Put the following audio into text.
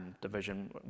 division